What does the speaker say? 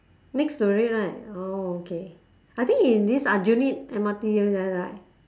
next to it right orh okay I think in this aljunied M_R_T there right